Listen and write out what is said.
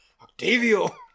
octavio